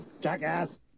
jackass